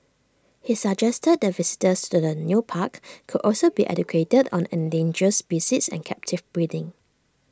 he suggested that visitors to the new park could also be educated on endangered species and captive breeding